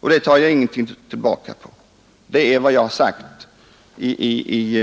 Det är vad jag har sagt i